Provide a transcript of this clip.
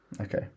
Okay